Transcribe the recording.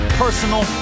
personal